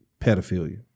pedophilia